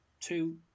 two